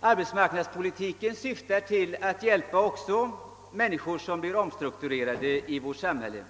Arbetsmarknadspolitiken syftar bl.a. till att hjälpa de människor som blir offer för strukturomvandlingen i vårt samhälle.